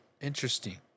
interesting